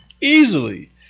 Easily